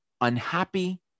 unhappy